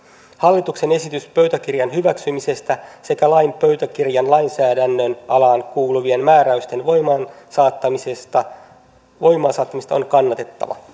hallituksen esitys pöytäkirjan hyväksymisestä sekä laiksi pöytäkirjan lainsäädännön alaan kuuluvien määräysten voimaansaattamisesta voimaansaattamisesta on kannatettava